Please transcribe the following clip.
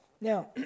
Now